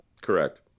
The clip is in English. Correct